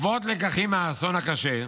בעקבות לקחים מהאסון הקשה,